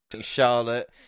Charlotte